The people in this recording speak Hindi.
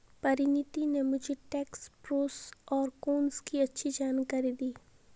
परिनीति ने मुझे टैक्स प्रोस और कोन्स की अच्छी जानकारी दी है